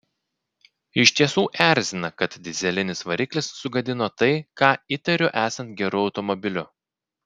iš tiesų erzina kad dyzelinis variklis sugadino tai ką įtariu esant geru automobiliu